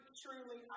truly